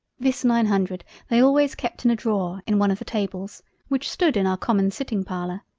this nine hundred they always kept in a drawer in one of the tables which stood in our common sitting parlour,